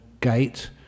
gate